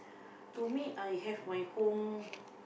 to me I have my home